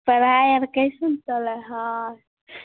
पढ़ाइ आर केहन चलैत हए